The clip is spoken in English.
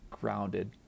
grounded